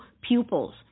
pupils